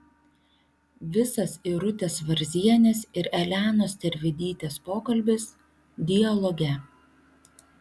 visas irutės varzienės ir elenos tervidytės pokalbis dialoge